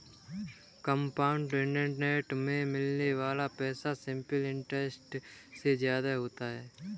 compound interest में मिलने वाला पैसा सिंपल इंटरेस्ट से ज्यादा होता है